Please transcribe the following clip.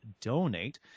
donate